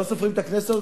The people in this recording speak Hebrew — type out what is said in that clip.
לא סופרים את הכנסת הזאת,